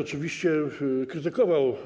Oczywiście krytykował